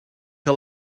que